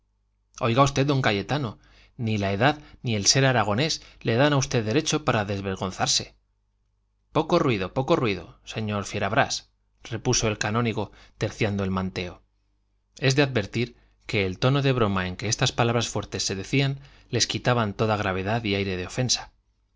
oiga usted don cayetano ni la edad ni el ser aragonés le dan a usted derecho para desvergonzarse poco ruido poco ruido señor fierabrás repuso el canónigo terciando el manteo es de advertir que el tono de broma en que estas palabras fuertes se decían les quitaba toda gravedad y aire de ofensa